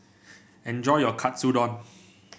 enjoy your Katsudon